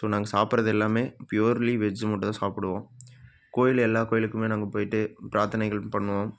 so நாங்கள் சாப்புட்றது எல்லாமே ப்யூர்லி வெஜ்ஜு மட்டும் தான் சாப்பிடுவோம் கோயில் எல்லா கோயிலுக்குமே நாங்கள் போயிட்டு பிரார்த்தனைகள் பண்ணுவோம்